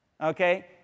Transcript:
Okay